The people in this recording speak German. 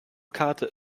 karte